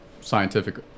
scientific